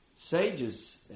sages